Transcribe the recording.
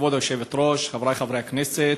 כבוד היושבת-ראש, חברי חברי הכנסת,